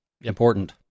Important